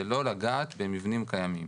זה לא לגעת במבנים קיימים.